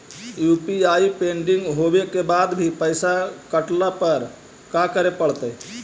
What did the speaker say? UPI pending होवे के बाद भी पैसा कटला पर का करे पड़तई?